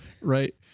right